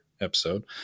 episode